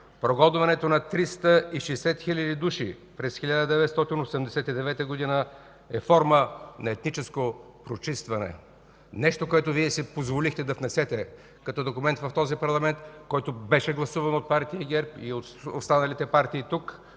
„Прогонването на 360 хиляди души през 1989 г. е форма на етническо прочистване” – нещо, което Вие си позволихте да внесете като документ в този парламент, който беше гласуван от Партия ГЕРБ и останалите партии тук,